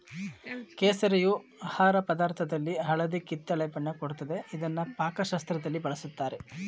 ಕೇಸರಿಯು ಆಹಾರ ಪದಾರ್ಥದಲ್ಲಿ ಹಳದಿ ಕಿತ್ತಳೆ ಬಣ್ಣ ಕೊಡ್ತದೆ ಇದ್ನ ಪಾಕಶಾಸ್ತ್ರದಲ್ಲಿ ಬಳುಸ್ತಾರೆ